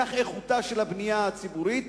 כזאת היא איכותה של הבנייה הציבורית,